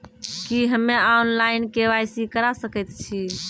की हम्मे online, KYC करा सकैत छी?